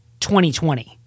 2020